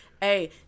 hey